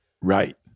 Right